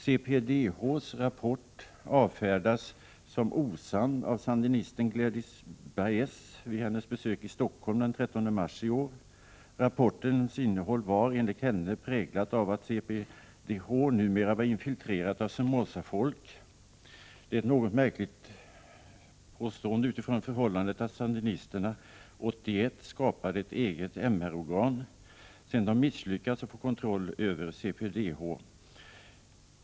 Rapporten från Permanenta kommissionen för mänskliga rättigheter avfärdades som osann av sandinisten Gladys Baåz vid hennes besök i Stockholm den 13 mars i år. Rapportens innehåll var, enligt henne, präglat av att CPDH numera var infiltrerat av Somoza-folk. Det är ett något märkligt påstående med tanke på att sandinisterna 1981 skapade ett eget organ för mänskliga rättigheter, sedan de hade misslyckats med att få kontroll över CPDH. Herr talman!